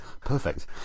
perfect